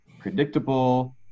predictable